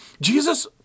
Jesus